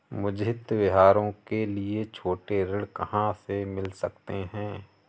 मुझे त्योहारों के लिए छोटे ऋण कहाँ से मिल सकते हैं?